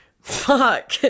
Fuck